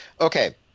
Okay